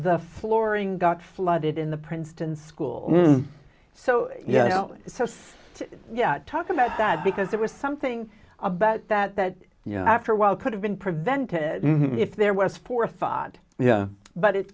the flooring got flooded in the princeton school so yeah yeah talk about that because it was something about that that you know after a while could have been prevented if there was forethought yeah but it